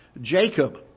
Jacob